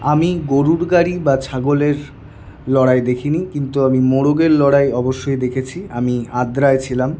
আমি গরুর গাড়ি বা ছাগলের লড়াই দেখিনি কিন্তু আমি মোরগের লড়াই অবশ্যই দেখেছি আমি আদ্রায় ছিলাম